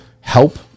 help